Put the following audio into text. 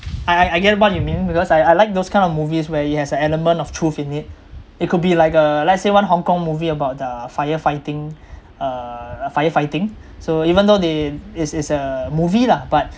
I I I get what you mean because I I like those kind of movies where it has an element of truth in it it could be like a let's say one hong kong movie about the firefighting uh firefighting so even though they it's it's a movie lah but